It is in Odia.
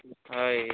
ହଏ ସେଇଟା